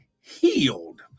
healed